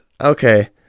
Okay